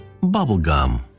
bubblegum